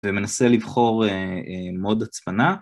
ומנסה לבחור מוד הצפנה.